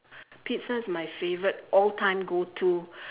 pizza is my favorite all time go to